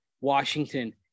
Washington